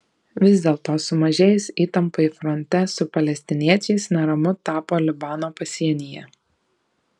vis dėlto sumažėjus įtampai fronte su palestiniečiais neramu tapo libano pasienyje